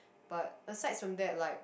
but aside from that like